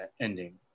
ending